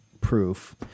proof